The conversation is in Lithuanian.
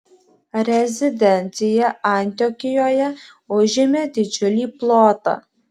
rezidencija antiokijoje užėmė didžiulį plotą